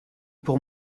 pour